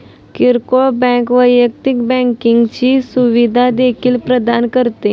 किरकोळ बँक वैयक्तिक बँकिंगची सुविधा देखील प्रदान करते